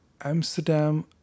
Amsterdam